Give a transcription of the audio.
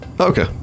Okay